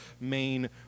main